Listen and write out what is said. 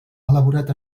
elaborat